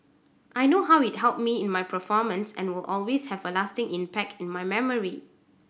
I know how it helped me in my performance and will always have a lasting impact in my memory